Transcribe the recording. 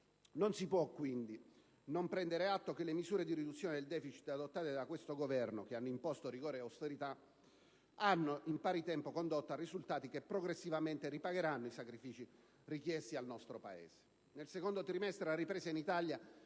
Non si può, quindi, non prendere atto che le misure di riduzione del deficit adottate da questo Governo - che hanno imposto rigore e austerità - hanno, in pari tempo, condotto a risultati che progressivamente ripagheranno i sacrifici richiesti al nostro Paese. Nel secondo trimestre la ripresa in Italia